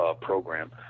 program